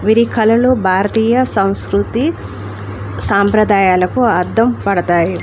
విరి కళలు భారతీయ సంస్కృతి సాంప్రదాయాలకు అద్దం పడతాయి